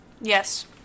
Yes